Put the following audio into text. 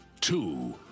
two